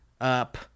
up